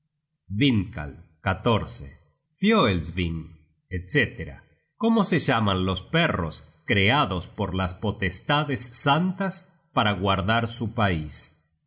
vindkal fioelsving etc cómo se llaman los perros creados por las potestades santas para guardar su pais